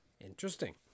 Interesting